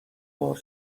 بار